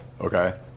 okay